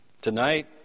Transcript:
Tonight